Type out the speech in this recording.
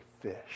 fish